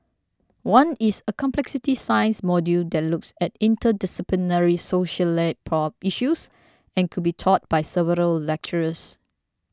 one is a complexity science module that looks at interdisciplinary societal issues and could be taught by several lecturers